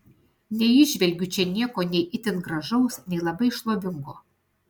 neįžvelgiu čia nieko nei itin gražaus nei labai šlovingo